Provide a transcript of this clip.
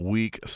Week